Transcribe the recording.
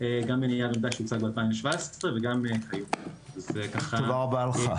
גם בנייר עמדה שהוצג ב-2017 וגם --- תודה רבה לך.